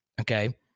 Okay